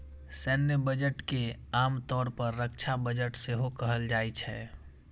सैन्य बजट के आम तौर पर रक्षा बजट सेहो कहल जाइ छै